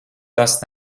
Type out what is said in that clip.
tas